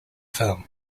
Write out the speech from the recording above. film